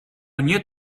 nie